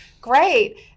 great